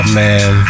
man